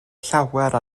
llawer